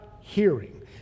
hearing